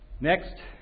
next